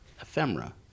ephemera